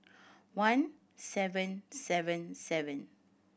one seven seven seven